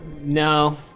No